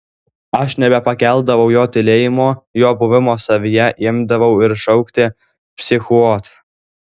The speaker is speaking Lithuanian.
aš nebepakeldavau jo tylėjimo jo buvimo savyje imdavau ir šaukti psichuot